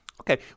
Okay